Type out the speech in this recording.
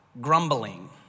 grumbling